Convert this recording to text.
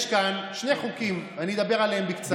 יש כאן שני חוקים, אני אדבר עליהם בקצרה.